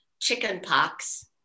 chickenpox